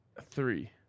Three